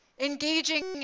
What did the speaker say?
engaging